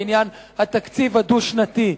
בעניין התקציב הדו-שנתי,